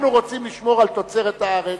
אנחנו רוצים לשמור על תוצרת הארץ,